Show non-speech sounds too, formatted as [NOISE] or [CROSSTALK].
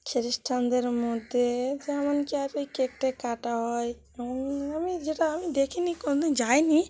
খ্রিস্টানদের মধ্যে যেমন কি আর ওই কেক টেক কাটা হয় [UNINTELLIGIBLE] আমি যেটা আমি দেখিনি কোনোদিন যাইনি